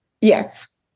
Yes